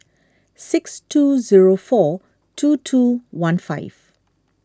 six two zero four two two one five